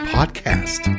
Podcast